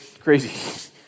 Crazy